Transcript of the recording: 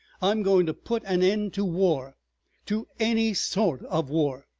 i'm going to put an end to war to any sort of war!